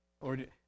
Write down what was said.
Lord